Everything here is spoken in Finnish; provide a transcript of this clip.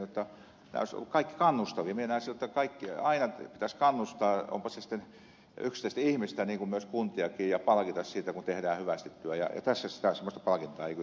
minä näen siten jotta aina pitäisi kannustaa onpa se sitten yksittäistä ihmistä kuin myös kuntiakin ja palkita siitä kun tehdään hyvästi työ